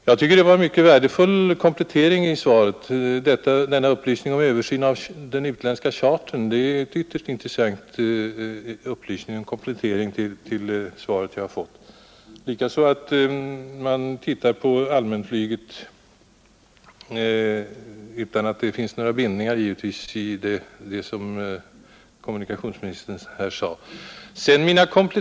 Jag tycker att upplysningen om en ”översyn” av den utländska chartern var en ytterst intressant och värdefull komplettering till interpellationssvaret — av det slag jag direkt efterlyste — liksom uppgiften om att man åter tittar på allmänflyget, detta givetvis utan att det finns några bindningar i det som kommunikationsministern här sade om allmänflyget.